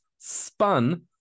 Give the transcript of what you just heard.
spun